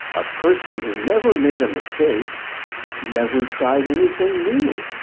a person who never made a mistake never tried anything new.